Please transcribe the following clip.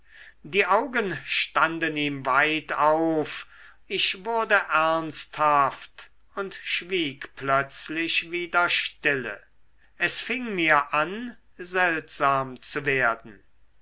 die augen standen ihm weit auf ich wurde ernsthaft und schwieg plötzlich wieder stille es fing mir an seltsam zu werden